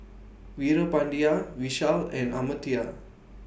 Veerapandiya Vishal and Amartya